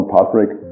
Patrick